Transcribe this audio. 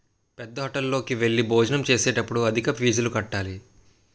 పేద్దహోటల్లోకి వెళ్లి భోజనం చేసేటప్పుడు అధిక ఫీజులు కట్టాలి